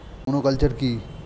Monoculture কি?